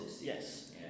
Yes